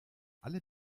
alle